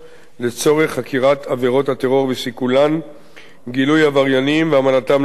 לצורך חקירת עבירות הטרור וסיכולן וגילוי עבריינים והעמדתם לדין.